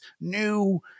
new